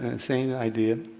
and insane idea.